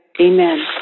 Amen